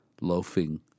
Loafing